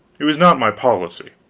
it was not my policy.